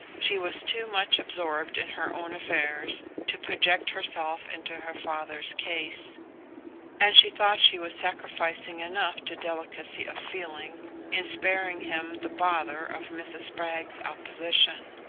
she was too much absorbed in her own affairs to project herself into her father's case and she thought she was sacrificing enough to delicacy of feeling in sparing him the bother of mrs. spragg's opposition.